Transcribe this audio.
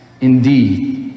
indeed